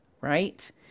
right